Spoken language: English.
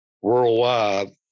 worldwide